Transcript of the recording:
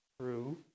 true